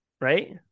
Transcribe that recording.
right